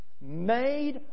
made